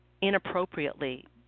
inappropriately